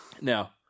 Now